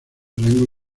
rango